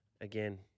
Again